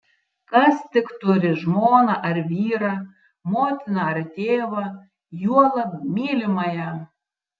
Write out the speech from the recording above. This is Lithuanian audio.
kas tik turi žmoną ar vyrą motiną ar tėvą juolab mylimąją